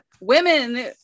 Women